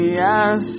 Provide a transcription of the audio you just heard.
yes